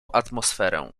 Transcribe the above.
atmosferę